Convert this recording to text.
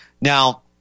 now